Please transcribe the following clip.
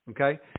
Okay